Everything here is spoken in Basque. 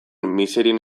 miserien